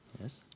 Yes